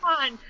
on